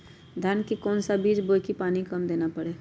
धान का कौन सा बीज बोय की पानी कम देना परे?